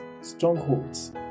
strongholds